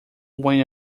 when